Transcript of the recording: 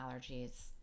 allergies